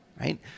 right